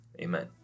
amen